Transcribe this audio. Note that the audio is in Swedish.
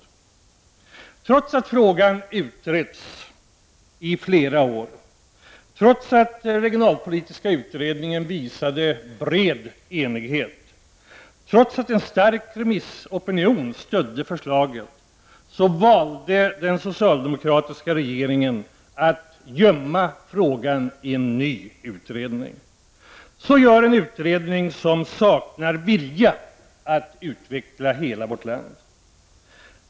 Trots att frågan utretts i flera år, trots att regionalpolitiska utredningen uppvisade bred enighet och trots att en stark remissopinion stödde förslaget, så valde den socialdemokratiska regeringen att gömma frågan i en ny utredning. Så gör en regering som saknar vilja att utveckla hela vårt land!